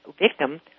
victim